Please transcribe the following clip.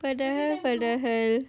padahal padahal